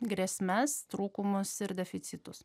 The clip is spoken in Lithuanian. grėsmes trūkumus ir deficitus